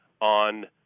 on